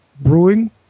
brewing